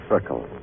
Circle